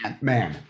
man